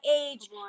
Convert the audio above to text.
age